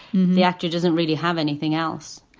now, actor doesn't really have anything else.